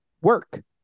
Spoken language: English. work